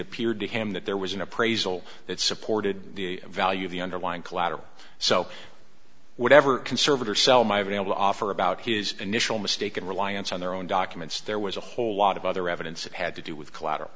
appeared to him that there was an appraisal that supported the value of the underlying collateral so whatever conservator sell my been able to offer about his initial mistake and reliance on their own documents there was a whole lot of other evidence that had to do with collateral